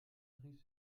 rief